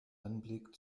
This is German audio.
anblick